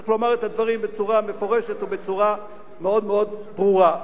צריך לומר את הדברים בצורה מפורשת ובצורה מאוד-מאוד ברורה.